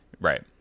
Right